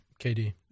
KD